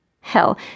Hell